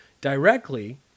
directly